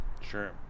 sure